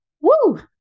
Woo